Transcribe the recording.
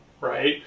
right